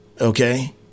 Okay